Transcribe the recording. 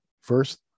first